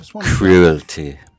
cruelty